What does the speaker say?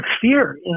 fear